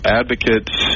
advocates